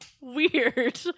weird